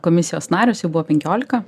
komisijos narės jų buvo penkiolika